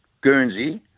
Guernsey